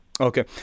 Okay